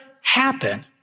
happen